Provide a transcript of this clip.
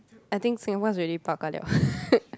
I think Singapore is really bao ka liao